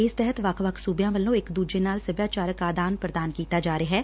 ਇਸ ਤਹਿਤ ਵੱਖ ਵੱਖ ਸੂਬਿਆਂ ਵੱਲੋਂ ਇਕ ਦੁਜੇ ਨਾਲ ਸਭਿਆਚਾਰਕ ਆਦਾਨ ਪ੍ਰਦਾਨ ਕੀਤਾ ਜਾ ਰਿਹੈ